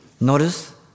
Notice